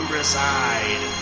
reside